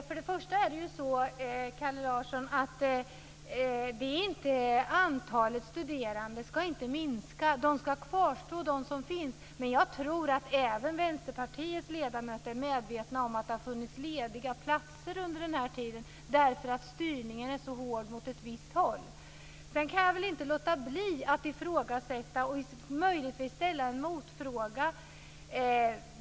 Fru talman! Först och främst, Kalle Larsson, ska inte antalet studerande minska. De platser som finns ska kvarstå, men jag tror att även Vänsterpartiets ledamöter är medvetna om att det har funnits lediga platser under den här tiden, därför att styrningen är så hård mot ett visst håll. Sedan kan jag inte låta bli att ifrågasätta en del och möjligtvis ställa en motfråga.